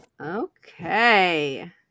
okay